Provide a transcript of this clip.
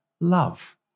love